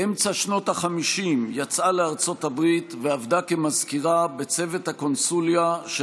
באמצע שנות החמישים יצאה לארצות הברית ועבדה כמזכירה בצוות הקונסוליה של